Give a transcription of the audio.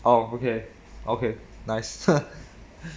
oh okay okay nice